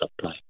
supply